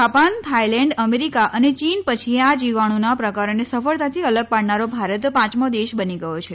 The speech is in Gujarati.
જાપાન થાઇલેન્ડ અમેરિકા અને ચીન પછી આ જીવાણુના પ્રકારોને સફળતાથી અલગ પાડનારો ભારત પાંચમો દેશ બની ગયો છે